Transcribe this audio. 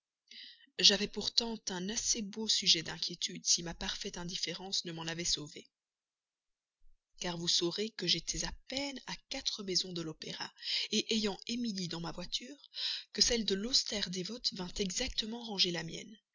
j'avais pourtant un assez beau sujet d'inquiétude si ma parfaite indifférence ne m'en avait sauvé car vous saurez que j'étais à peine à quatre maisons de l'opéra ayant emilie dans ma voiture que celle de l'austère dévote vint exactement ranger la mienne